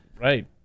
Right